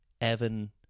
evan